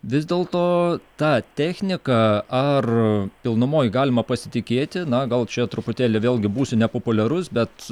vis dėlto ta technika ar pilnumoj galima pasitikėti na gal čia truputėlį vėlgi būsiu nepopuliarus bet